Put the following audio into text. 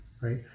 right